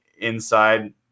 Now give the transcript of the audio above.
inside